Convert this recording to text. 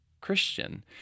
Christian